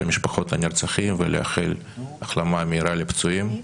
משפחות הנרצחים ולאחל החלמה מהירה לפצועים.